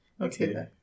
okay